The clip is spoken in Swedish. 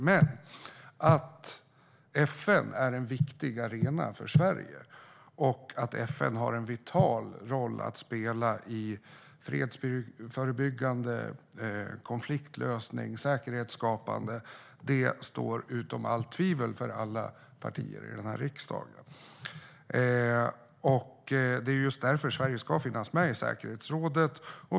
Men FN är en viktig arena för Sverige, och att FN har en vital roll att spela i fredsförebyggande konfliktlösning och säkerhetsskapande står utom allt tvivel för alla partier i den här riksdagen. Just därför ska Sverige finnas med i säkerhetsrådet.